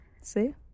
See